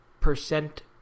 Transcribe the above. percent